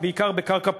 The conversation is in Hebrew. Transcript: בעיקר בקרקע פרטית,